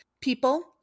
people